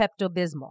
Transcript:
Pepto-Bismol